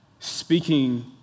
speaking